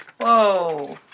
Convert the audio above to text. Whoa